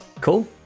Cool